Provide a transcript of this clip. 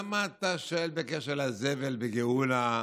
למה אתה שואל בקשר לזבל בגאולה